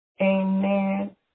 Amen